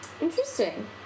Interesting